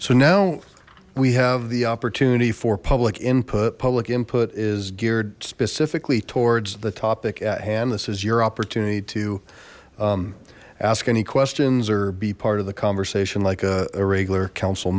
so now we have the opportunity for public input public input is geared specifically towards the topic at hand this is your opportunity to ask any questions or be part of the conversation like a regular council